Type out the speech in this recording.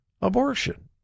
abortion